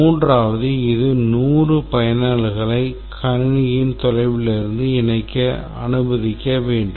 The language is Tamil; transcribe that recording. மூன்றாவது இது 100 பயனர்களை கணினியுடன் தொலைவிலிருந்து இணைக்க அனுமதிக்க வேண்டும்